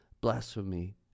blasphemy